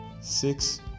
six